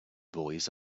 boys